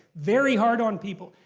very hard on people.